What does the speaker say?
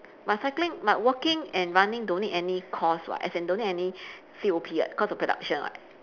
but cycling but walking and running don't need any cost [what] as in don't need any C_O_P [what] cost of production [what]